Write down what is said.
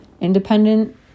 independent